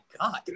God